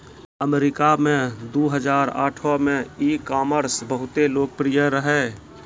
अमरीका मे दु हजार आठो मे ई कामर्स बहुते लोकप्रिय रहै